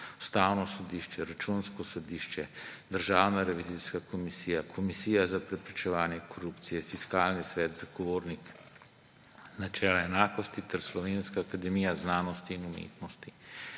Ustavno sodišče, Računsko sodišče, Državna revizijska komisija, Komisija za preprečevanje korupcije, Fiskalni svet, Zagovornik načela enakosti, ter Slovenska akademija znanosti in umetnosti,